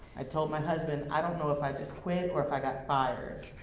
i told my husband i don't know if i just quit or if i got fired,